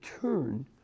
turn